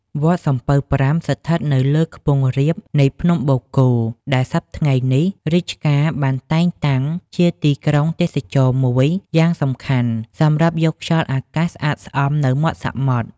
វត្តសំពៅប្រាំ ឋិតនៅលើខ្ពង់រាបនៃភ្នំបូកគោ ដែលសព្វថ្ងៃនេះ រាជការបានតែងតាំងជាទីក្រុងទេសចរណ៍មួយយ៉ាងសំខាន់ សម្រាប់យកខ្យល់អាកាសស្អាតស្អំនៅមាត់សមុទ្រ ។